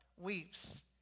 weeps